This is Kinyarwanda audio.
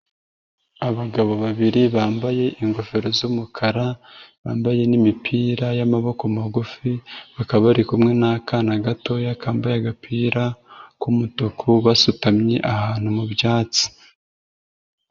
Abagabo babiri bambaye ingofero z'umukara, bambaye n'imipira y'amaboko magufi, bakaba bari kumwe n'akana gatoya kambaye agapira k'umutuku basutamye ahantu mu byatsi.